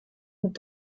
mit